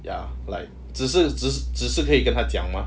ya like 只是只是只是可以跟他讲吗